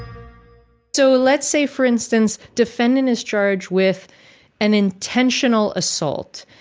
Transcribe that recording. so let's say, for instance, defendant is charged with an intentional assault.